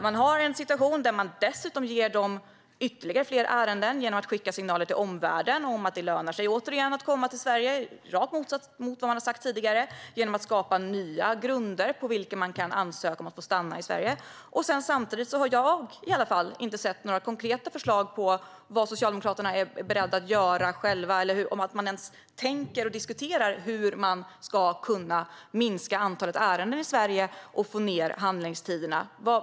Man har en situation där man dessutom ger det ytterligare ärenden genom att skicka signaler till omvärlden att det återigen lönar sig att komma till Sverige, rakt motsatt mot vad man har sagt tidigare, genom att man skapar nya grunder på vilka människor kan ansöka om att få stanna i Sverige. Samtidigt har i varje fall inte jag sett några konkreta förslag om vad Socialdemokraterna är beredda att göra själva eller om de ens tänker på och diskuterar hur man ska kunna minska antalet ärenden i Sverige och få ned handläggningstiderna.